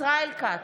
ישראל כץ,